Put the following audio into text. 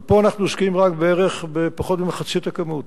אבל פה אנחנו עוסקים רק בפחות ממחצית הכמות.